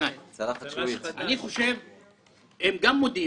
הם גם מודים